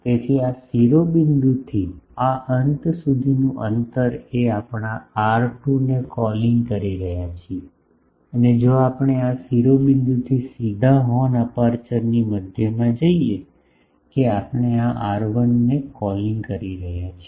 તેથી આ શિરોબિંદુથી આ અંત સુધીનું અંતર કે આપણે આર 2 ને કોલિંગ કરી રહ્યા છીએ અને જો આપણે આ શિરોબિંદુથી સીધા હોર્ન અપેરચ્યોરની મધ્યમાં જઈએ કે આપણે આર1 ને કોલિંગ કરી રહ્યા છીએ